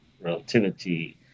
relativity